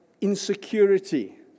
insecurity